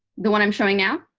the one i'm showing now?